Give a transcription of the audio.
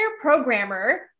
programmer